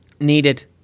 Needed